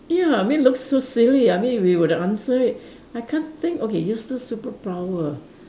ya I mean looks so silly I mean if we were to answer it I can't think okay useless superpower